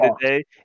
today